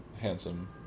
handsome